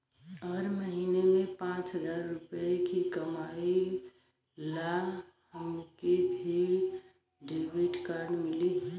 हम महीना में पाँच हजार रुपया ही कमाई ला हमे भी डेबिट कार्ड मिली?